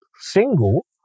single